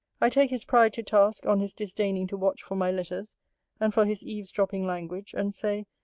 i take his pride to task, on his disdaining to watch for my letters and for his eves-dropping language and say,